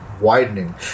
widening